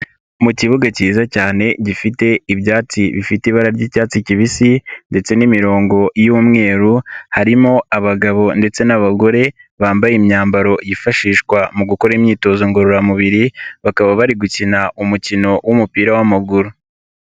Mu kibuga kiza cyane gifite ibyatsi bifite ibara ry'icyatsi kibisi ndetse n'imirongo y'umweru, harimo abagabo ndetse n'abagore, bambaye imyambaro yifashishwa mu gukora imyitozo ngororamubiri, bakaba bari gukina umukino w'umupira w'amaguru.